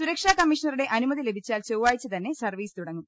സുരക്ഷാ കമ്മീഷണറുടെ അനു മതി ലഭിച്ചാൽ ചൊവ്വാഴ്ച തന്നെ സർവ്വീസ് തുടങ്ങും